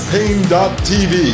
Pain.tv